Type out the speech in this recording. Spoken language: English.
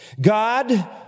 God